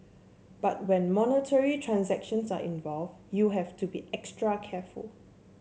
but when monetary transactions are involved you have to be extra careful